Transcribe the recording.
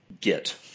get